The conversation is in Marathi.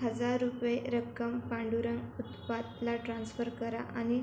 हजार रुपये रक्कम पांडुरंग उत्पातला ट्रान्सफर करा आणि